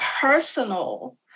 personal